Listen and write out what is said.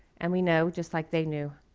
and we know, just like they knew,